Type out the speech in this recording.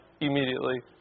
immediately